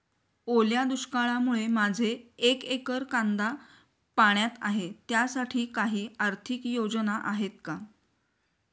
ओल्या दुष्काळामुळे माझे एक एकर कांदा पाण्यात आहे त्यासाठी काही आर्थिक योजना आहेत का?